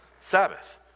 Sabbath